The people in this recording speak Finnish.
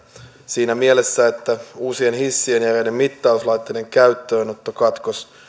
siinä mielessä että uusien hissien ja näiden mittauslaitteiden käyttöönottokatkos